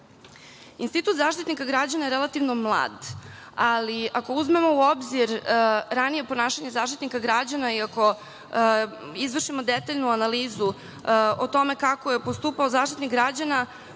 rada. Institut Zaštitnika građana je relativno mlad, ali ako uzmemo u obzir ranije ponašanje Zaštitnika građana i ako izvršimo detaljnu analizu o tome kako je postupao Zaštitnik građana,